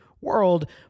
world